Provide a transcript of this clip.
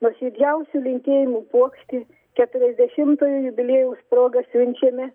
nuoširdžiausių linkėjimų puokštė keturiasdešimtojo jubiliejaus proga siunčiame